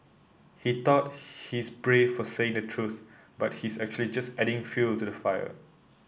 he thought he's brave for saying the truth but he's actually just adding fuel to the fire